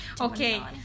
Okay